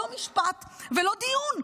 לא משפט ולא דיון,